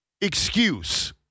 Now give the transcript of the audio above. excuse